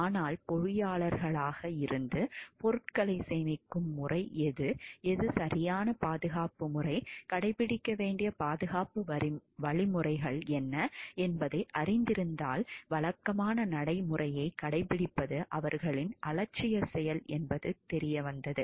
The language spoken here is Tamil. ஆனால் பொறியாளர்களாக இருந்து பொருட்களை சேமிக்கும் முறை எது எது சரியான பாதுகாப்பு முறை கடைப்பிடிக்க வேண்டிய பாதுகாப்பு வழிமுறைகள் என்ன என்பதை அறிந்திருந்ததால் வழக்கமான நடைமுறையை கடைபிடிப்பது அவர்களின் அலட்சிய செயல் என்பது தெரியவந்தது